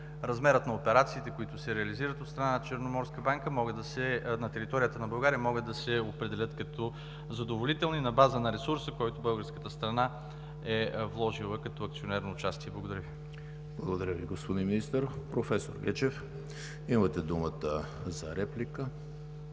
размерът на операциите, които се реализират от страна на Черноморска банка на територията на България, могат да се определят като задоволителни, на база на ресурса, който българската страна е вложила като акционерно участие. Благодаря Ви. ПРЕДСЕДАТЕЛ ЕМИЛ ХРИСТОВ: Благодаря Ви, господин Министър. Професор Гечев, имате думата за реплика.